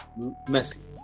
messi